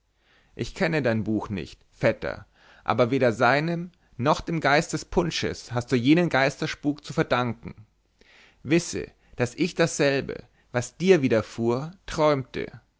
ich kenne dein buch nicht vetter aber weder seinem noch dem geist des punsches hast du jenen geisterspuk zu verdanken wisse daß ich dasselbe was dir widerfuhr träumte